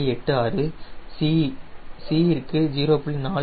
86 c ற்கு 0